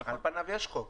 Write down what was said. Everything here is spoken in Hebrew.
על פניו יש חוק.